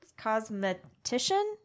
cosmetician